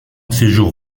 séjour